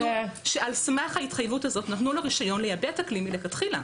כשעל סמך ההתחייבות הזאת נתנו לו רישיון לייבא את הכלי מלכתחילה.